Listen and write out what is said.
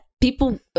people